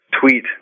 Tweet